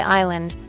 island